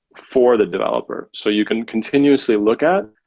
for the developer so you can continuously look at,